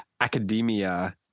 academia